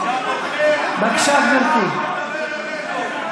בבקשה, גברתי.